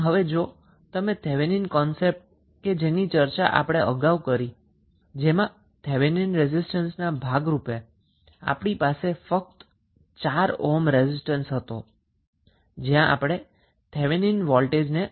આમ જો તમે થેવેનિન કન્સેપ્ટ કે જેની ચર્ચા આપણે કરી હતી તેનો ઉપયોગ કરો તો આપણી પાસે કોઇ થેવેનિન વોલ્ટેજ વિના થેવેનિન રેઝિસ્ટન્સના ભાગ રૂપે ફક્ત 4 ઓહ્મ રેઝિસ્ટન્સ હશે